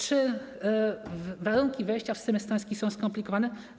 Czy warunki wejścia w system estoński są skomplikowane?